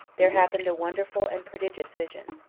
there happened a wonderful and prodigious vision.